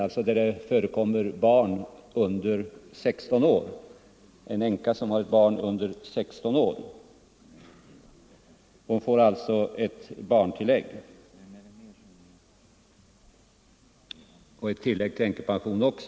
En änka med barn under 16 år får ett barntillägg och även ett tillägg till änkepensionen.